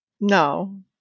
no